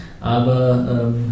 aber